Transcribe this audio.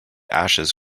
ashes